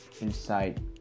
inside